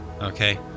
okay